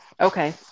Okay